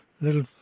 little